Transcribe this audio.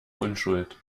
unschuld